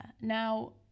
now